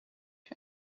and